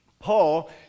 Paul